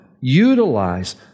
utilize